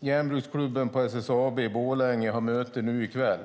Järnbruksklubben på SSAB i Borlänge har möte nu i kväll.